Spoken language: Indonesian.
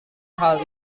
hal